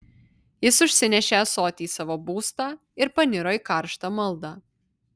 jis užsinešė ąsotį į savo būstą ir paniro į karštą maldą